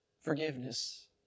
Forgiveness